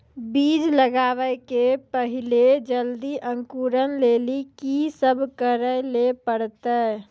बीज लगावे के पहिले जल्दी अंकुरण लेली की सब करे ले परतै?